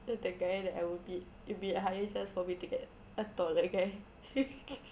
so the guy that I will be it will be a higher chance for me to get a taller guy